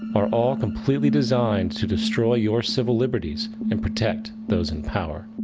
are all completely designed to destroy your civil liberties and protect those in power.